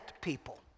people